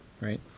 Right